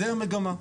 זו המגמה.